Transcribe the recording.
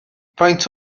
faint